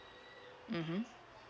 mmhmm